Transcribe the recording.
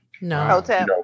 No